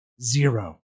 zero